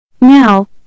Now